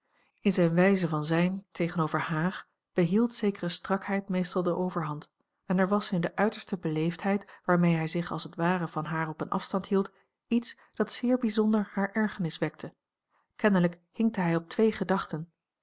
in zijne wijze van zijn tegenover haar behield zekere strakheid meestal de overhand en er was in de uiterste beleefdheid waarmee hij zich als het ware van haar op een afstand hield iets dat zeer bijzonder hare ergernis wekte kennelijk hinkte hij op twee gedachten